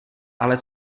ale